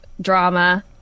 drama